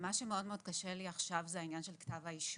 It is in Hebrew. מה שמאוד-מאוד קשה לי עכשיו זה העניין של כתב האישום.